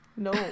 No